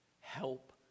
Help